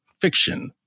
fiction